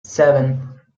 seven